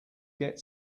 get